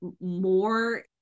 more